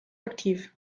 aktiv